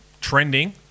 Trending